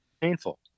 painful